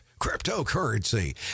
Cryptocurrency